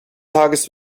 tages